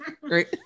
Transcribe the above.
Great